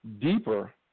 deeper